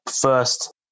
first